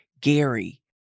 Gary